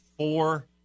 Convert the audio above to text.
Four